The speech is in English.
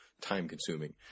time-consuming